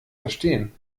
verstehen